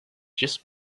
just